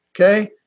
Okay